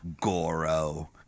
Goro